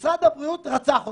משרד הבריאות רצח אותנו,